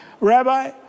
Rabbi